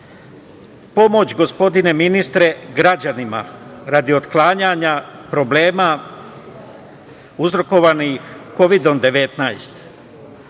Pomoć, gospodine ministre, građanima radi otklanjanja problema uzrokovanih Kovidom